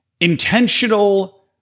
Intentional